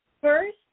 First